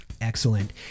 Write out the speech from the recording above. Excellent